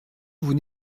vous